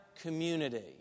community